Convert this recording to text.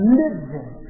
living